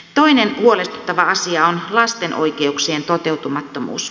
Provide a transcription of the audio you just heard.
toinen huolestuttava asia on lasten oikeuksien toteutumattomuus